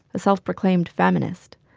a self-proclaimed feminist.